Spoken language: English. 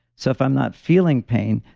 so, if i'm not feeling pain,